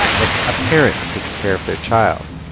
like a parent taking care of their child.